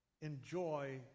enjoy